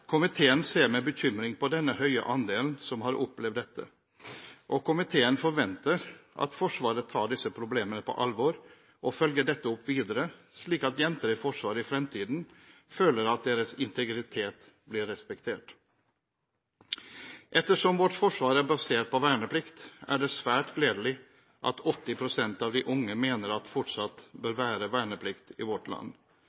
Komiteen ser med bekymring på denne høye andelen som har opplevd dette, og komiteen forventer at Forsvaret tar disse problemene på alvor og følger dette opp videre, slik at jenter i Forsvaret i fremtiden føler at deres integritet blir respektert. Ettersom vårt forsvar er basert på verneplikt, er det svært gledelig at 80 pst. av de unge mener at det fortsatt